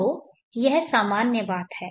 तो यह सामान्य बात है